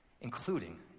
including